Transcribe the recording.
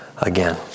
again